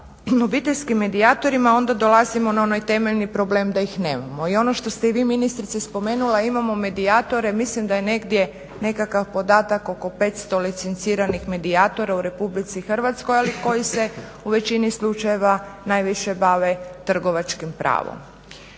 obiteljskim medijatorima onda dolazimo na onaj temeljni problem da ih nemamo i ono što ste i vi ministrice spomenuli, imamo medijatore mislim da je negdje nekakav podatak oko 500 licenciranih medijatora u Republici Hrvatskoj, ali koji se u većini slučajeva najviše bave trgovačkim pravom.